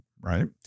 right